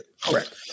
Correct